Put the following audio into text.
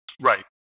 Right